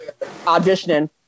auditioning